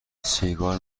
سیگار